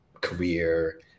career